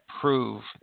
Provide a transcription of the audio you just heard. prove